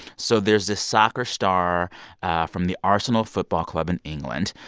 so there's this soccer star from the arsenal football club in england.